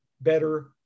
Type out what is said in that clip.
better